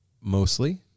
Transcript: mostly